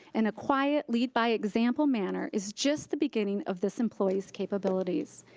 and a quiet lead by example manner is just the beginning of this employee's capabilities.